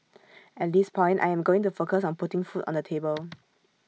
at this point I am going to focus on putting food on the table